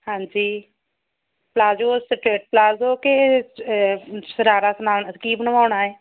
ਹਾਂਜੀ ਪਲਾਜ਼ੋ ਵਾਸਤੇ ਕ ਪਲਾਜ਼ੋ ਕਿ ਸ਼ਰਾਰਾ ਸਵਾ ਕੀ ਬਣਵਾਉਣਾ ਹੈ